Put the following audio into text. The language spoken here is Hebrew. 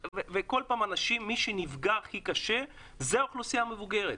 מי שנפגע הכי קשה זו האוכלוסייה המבוגרת.